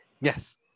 Yes